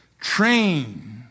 Train